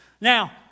Now